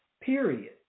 period